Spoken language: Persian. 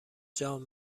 جان